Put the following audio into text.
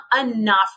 enough